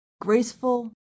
graceful